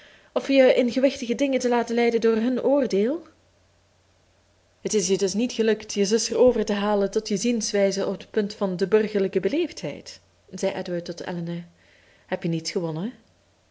of je in gewichtige dingen te laten leiden door hun oordeel het is je dus niet gelukt je zuster over te halen tot je zienswijze op t punt van de burgerlijke beleefdheid zei edward tot elinor heb je niets gewonnen